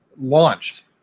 launched